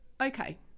Okay